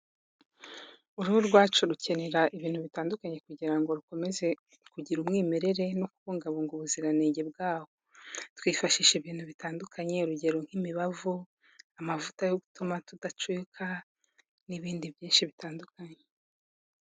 Uruhu rwacu rukenera ibintu bitandukanye kugira ngo rukomeze kugira umwimerere no kubungabunga ubuziranenge bwaho, twifashisha ibintu bitandukanye urugero nk'imibavu, amavuta yo gutuma tudacuyuka n'ibindi byinshi bitandukanye.